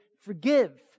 Forgive